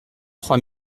trois